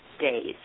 days